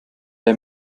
der